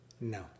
No